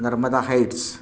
Narmada heights